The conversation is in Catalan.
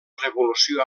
revolució